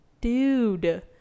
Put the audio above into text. dude